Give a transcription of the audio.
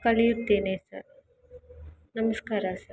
ಕಲಿಯುತ್ತೇನೆ sir ನಮಸ್ಕಾರ sir